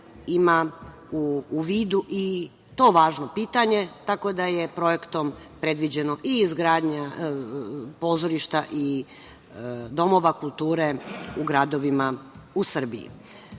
ima u vidu i to važno pitanje, tako da je projektom predviđena izgradnja pozorišta, domova kulture u gradovima u Srbiji. Poznata